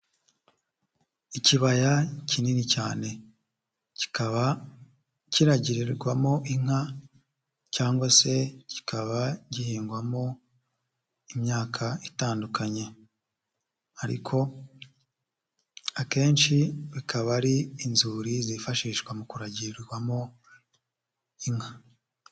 Ikibaya kinini cyane. Kikaba kiragirirwamo inka cyangwa se kikaba gihingwamo imyaka itandukanye ariko akenshi bikaba ari inzuri zifashishwa mu kuragirirwamo inka.